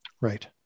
Right